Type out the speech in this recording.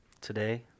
Today